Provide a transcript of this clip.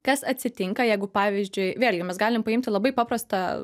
kas atsitinka jeigu pavyzdžiui vėlgi mes galim paimti labai paprastą